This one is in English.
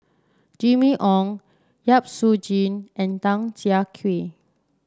Jimmy Ong Yap Su and Tan Siah Kwee